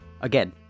Again